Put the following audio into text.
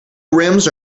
rims